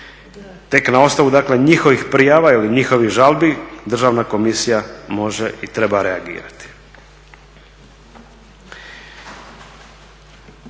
Tek na osnovu dakle njihovih prijava ili njihovih žalbi državna komisija može i treba reagirati.